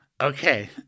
Okay